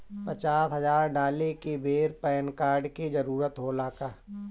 पचास हजार डाले के बेर पैन कार्ड के जरूरत होला का?